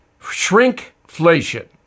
shrinkflation